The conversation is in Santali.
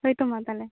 ᱦᱳᱭ ᱛᱚ ᱢᱟ ᱛᱟᱦᱚᱞᱮ